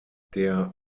der